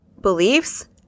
beliefs